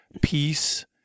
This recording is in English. peace